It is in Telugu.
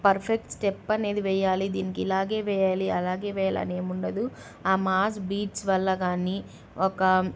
పర్ఫెక్ట్ స్టెప్ అనేది వెయ్యాలి దీనికి ఇలాగే వెేయ్యాలి అలాగే వేయ్యాలి అని ఏమి ఉండదు ఆ మాస్ బీట్స్ వల్ల కానీ ఒక